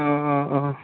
অঁ অঁ অঁ